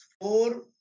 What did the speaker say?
four